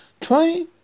Try